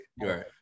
Right